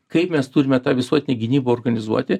kaip mes turime tą visuotinę gynybą organizuoti